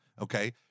Okay